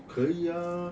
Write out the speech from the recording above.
可以啊